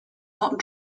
not